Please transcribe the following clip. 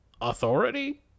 authority